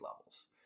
levels